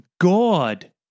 God